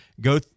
go